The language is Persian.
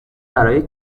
برای